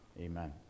Amen